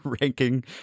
ranking